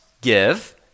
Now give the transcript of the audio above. give